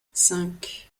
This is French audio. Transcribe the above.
cinq